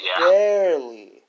barely